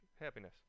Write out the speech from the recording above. Happiness